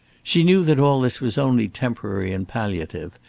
she knew that all this was only temporary and palliative,